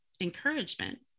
encouragement